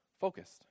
focused